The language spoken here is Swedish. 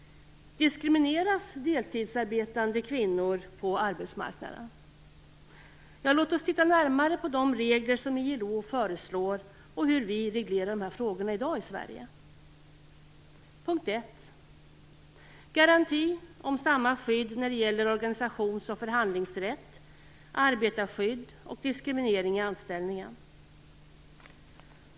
Diskrimineras deltidsarbetande kvinnor på arbetsmarknaden? Låt oss titta närmare på de regler som ILO föreslår och hur vi reglerar dessa frågor i dag i Sverige. 1. Garanti om samma skydd när det gäller organisations och förhandlingsrätt, arbetarskydd och diskriminering i anställningen.